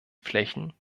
flächen